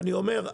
אני אומר,